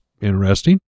interesting